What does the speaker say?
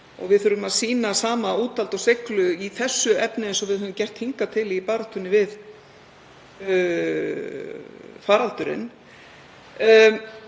Við þurfum að sýna sama úthald og seiglu í þessu efni eins og við höfum gert hingað til í baráttunni við faraldurinn.